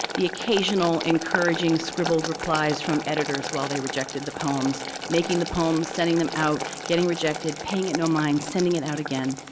the occasional encouraging scribbled replies from editors while they rejected the poems, making the poems, sending them out, getting rejected, paying it no mind, sending it out again.